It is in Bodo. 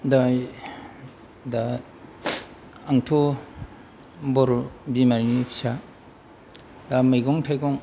दा आंथ' बर' बिमानि फिसा दा मैगं थाइगं